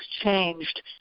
changed